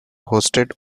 hosted